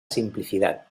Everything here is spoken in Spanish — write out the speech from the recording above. simplicidad